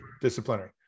disciplinary